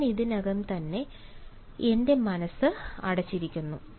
ഞാൻ ഇതിനകം തന്നെ എന്റെ മനസ്സ് അടച്ചിരിക്കുന്നു